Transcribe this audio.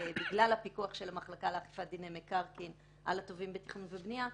בגלל הפיקוח של המחלקה לאכיפת דיני מקרקעין על התובעים בתכנון ובנייה,